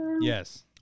Yes